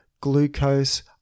glucose